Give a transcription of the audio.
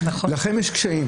יוכל להצביע.